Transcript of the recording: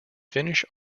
finnish